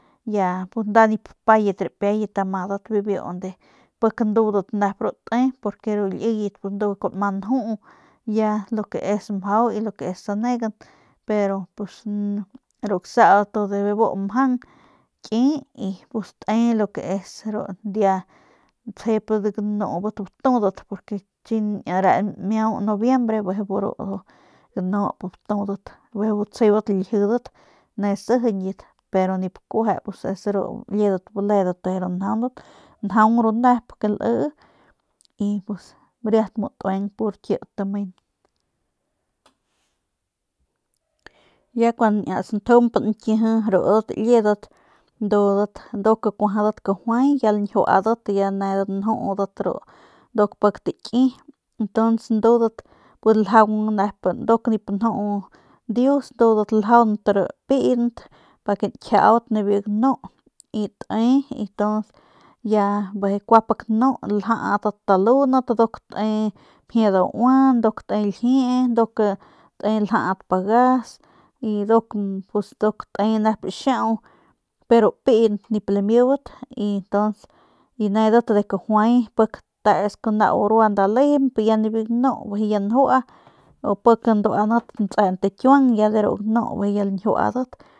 Ya nda nip payat ripiayat amadat bibiu unde pik ndudat nep te porque ru liyet ndu kuanma nju ya lo que es mjau y lo que es sanegan pero pus ru gasaudat ndu bijiy bu mjang nki y pus te lo ke es dia tsjebat ganubat batudat porque chi re miau nobiembre bijiy bu ganup batudat bijiy bu tjsebat laljidat ne sijiñat pero nip kueje pus es ru liedat baledat ndujuy ru njaundat njaung ru nep ke lii y pus riat mu tueng kit tamen, ya kun biu santjump nkiji ya rudat liedat ndudat nduk kuajadat kajuay ya lañjiuadat ya nedat njudat ru pik taki ntuns ndudat ljaung nep ndunk nip nju dius ndudat ljaunt ru piint pa ke nkjiaut nibiu ganu y te y tu ya kua pik nu ljadat talundat nduk te mjie daua nduk te ljie nduk te ljat pagas y nduk te nep xiau pero pint nip lamibat y tuns nedat de kajuay nau rua tesku rua nda lejemp ya nibiu ganu bijiy ya njua u pik nduanat ntsent kiuang ya deru ganu bijiy ya lañjiuadat kun.